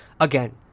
again